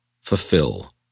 Fulfill